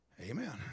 amen